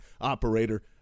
operator –